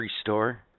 store